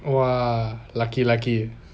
!wah! lucky lucky